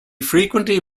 frequently